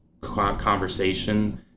conversation